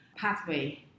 pathway